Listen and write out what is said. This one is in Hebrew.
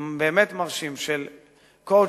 באמת מרשים של coaching,